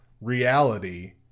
reality